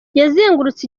yazengurutse